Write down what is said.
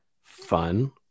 fun